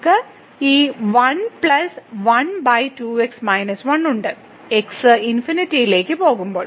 നമുക്ക് ഈ 1 1 ഉണ്ട് x ∞ ലേക്ക് പോകുമ്പോൾ